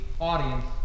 audience